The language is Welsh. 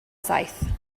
saith